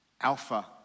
Alpha